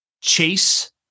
chase